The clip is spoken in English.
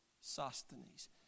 Sosthenes